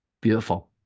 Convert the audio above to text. Beautiful